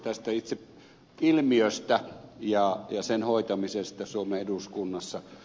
tästä itse ilmiöstä ja sen hoitamisesta suomen eduskunnassa